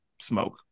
smoke